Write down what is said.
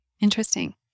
Interesting